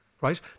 right